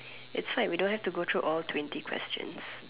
it's like we don't have to go though all twenty questions